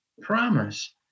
promise